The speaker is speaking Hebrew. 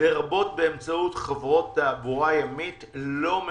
לרבות באמצעות חברות תעבורה ימית לא ממשלתיות.